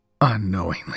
unknowingly